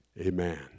Amen